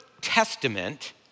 testament